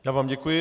Já vám děkuji.